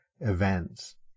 events